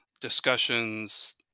discussions